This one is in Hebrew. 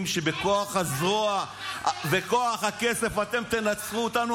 שבכוח הזרוע וכוח הכסף אתם תנצחו אותנו,